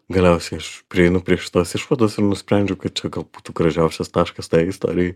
galiausiai aš prieinu prie šitos išvados ir nusprendžiau kad čia gal būtų gražiausias taškas tai istorijai